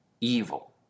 evil